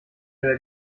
werd